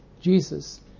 Jesus